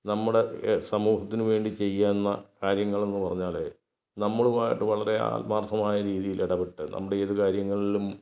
നമ്മുടെ സമൂഹത്തിന് വേണ്ടി ചെയ്യുന്ന കാര്യങ്ങളെന്ന് പറഞ്ഞാൽ നമ്മളുമായിട്ട് വളരെ ആത്മാർഥമായ രീതിയിലിടപെട്ട് നമ്മുടെ ഏത് കാര്യങ്ങളിലും